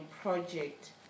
project